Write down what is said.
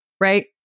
right